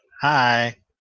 Hi